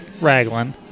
Raglan